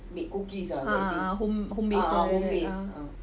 ah ah ah home based ah